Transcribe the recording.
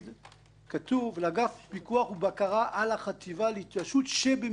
כתוב: "לאגף פיקוח ובקרה על החטיבה להתיישבות שבמשרד החקלאות".